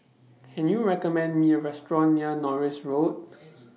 Can YOU recommend Me A Restaurant near Norris Road